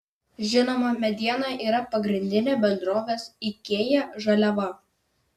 žinoma mediena yra pagrindinė bendrovės ikea žaliava